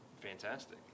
Fantastic